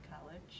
college